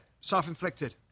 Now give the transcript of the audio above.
self-inflicted